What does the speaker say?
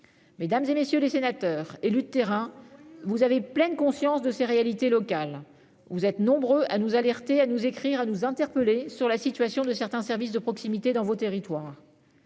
Mesdames, messieurs les sénateurs, en tant qu'élus de terrain, vous avez pleine conscience de ces réalités locales. Vous êtes nombreux à nous alerter, à nous écrire, à nous interpeller sur la situation de certains services de proximité dans vos territoires.